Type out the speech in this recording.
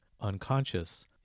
unconscious